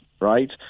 right